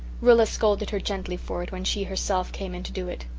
rilla scolded her gently for it when she herself came in to do it.